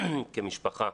כמשפחה